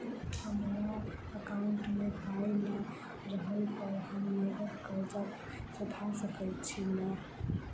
हमरा एकाउंट मे पाई नै रहला पर हम नगद कर्जा सधा सकैत छी नै?